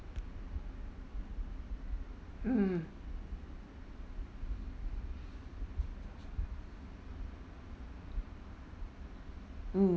mmhmm mm